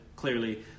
Clearly